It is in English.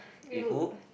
if who